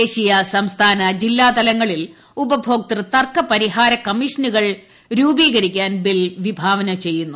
ദേശീയ സംസ്ഥാന ജില്ലാതലങ്ങളിൽ ഉപഭോക്തൃതകർക്ക പരിഹാര കമ്മീഷനുകൾ രൂപീകരിക്കാൻ ബിൽ വിഭാവനം ചെയ്യുന്നു